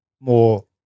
more